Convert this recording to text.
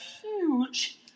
huge